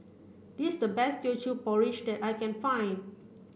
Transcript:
this the best Teochew Porridge that I can find